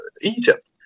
Egypt